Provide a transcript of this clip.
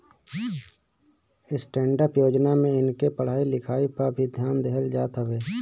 stand up योजना में इनके पढ़ाई लिखाई पअ भी ध्यान देहल जात हवे